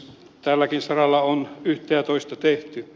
tälläkin saralla on yhtä ja toista tehty